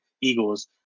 Eagles